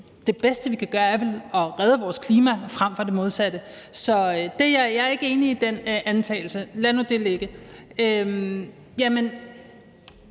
det bedste, vi kan gøre, er vel at redde vores klima frem for det modsatte. Så jeg er ikke enig i den antagelse, men lad nu det ligge.